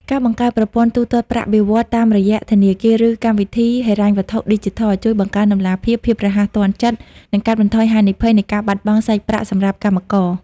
ការបង្កើតប្រព័ន្ធទូទាត់ប្រាក់បៀវត្សតាមរយៈធនាគារ ឬកម្មវិធីហិរញ្ញវត្ថុឌីជីថល ជួយបង្កើនតម្លាភាព ភាពរហ័សទាន់ចិត្ត និងកាត់បន្ថយហានិភ័យនៃការបាត់បង់សាច់ប្រាក់សម្រាប់កម្មករ។